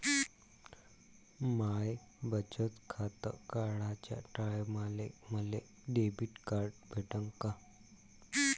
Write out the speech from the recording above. माय बचत खातं काढाच्या टायमाले मले डेबिट कार्ड भेटन का?